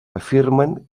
afirmen